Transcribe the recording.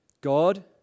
God